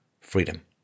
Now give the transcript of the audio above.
freedom